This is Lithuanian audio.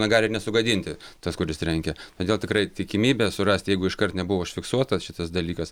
na gali ir nesugadinti tas kuris trenkia todėl tikrai tikimybė surasti jeigu iškart nebuvo užfiksuotas šitas dalykas